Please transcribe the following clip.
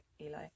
Eli